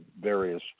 various